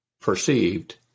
perceived